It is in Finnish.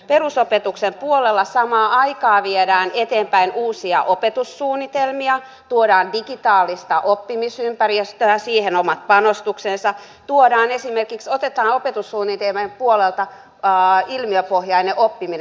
perusopetuksen puolella samaan aikaan viedään eteenpäin uusia opetussuunnitelmia tuodaan digitaalista oppimisympäristöä siihen on omat panostuksensa otetaan opetussuunnitelmien puolelta esimerkiksi ilmiöpohjainen oppiminen